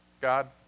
God